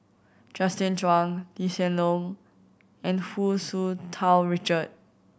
Justin Zhuang Lee Hsien Loong and Hu Tsu Tau Richard